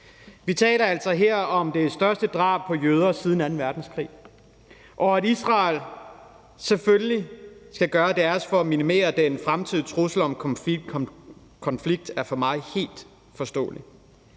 Vi taler altså her om det største drab på jøder siden anden verdenskrig, og at Israel selvfølgelig skal gøre deres for at minimere den fremtidige trussel om konflikt, er for mig helt forståeligt.